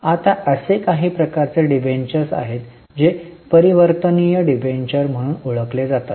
आता असे काही प्रकारचे डिबेंचर्स आहेत जे परिवर्तनीय डिबेंचर म्हणून ओळखले जातात